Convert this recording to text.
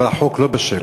אבל החוק לא בשל.